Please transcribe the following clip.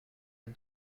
are